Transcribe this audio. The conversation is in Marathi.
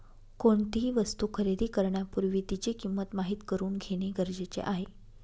कोणतीही वस्तू खरेदी करण्यापूर्वी तिची किंमत माहित करून घेणे गरजेचे आहे